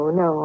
no